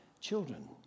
children